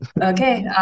Okay